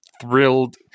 thrilled